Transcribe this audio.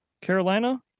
Carolina